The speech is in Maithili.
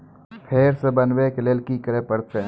फेर सॅ बनबै के लेल की करे परतै?